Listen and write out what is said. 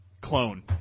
clone